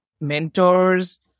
mentors